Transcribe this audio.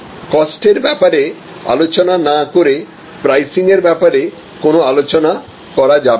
cost এর ব্যাপারে আলোচনা না করে প্রাইসিং এর ব্যাপারে কোন আলোচনা করা যাবে না